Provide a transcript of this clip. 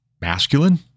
masculine